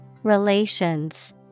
Relations